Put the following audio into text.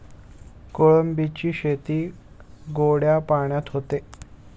कोळंबीची शेती गोड्या पाण्यात होते